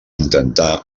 intentà